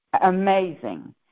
amazing